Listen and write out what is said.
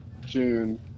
June